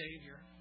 savior